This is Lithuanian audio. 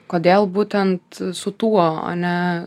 kodėl būtent su tuo o ne